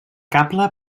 cable